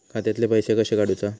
खात्यातले पैसे कशे काडूचा?